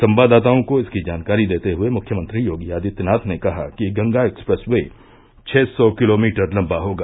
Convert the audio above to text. संवाददाताओं को इसकी जानकारी देते हुए मुख्यमंत्री योगी आदित्यनाथ ने कहा कि गंगा एक्सप्रेस वे छः सौ किलोमीटर लम्बा होगा